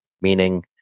meaning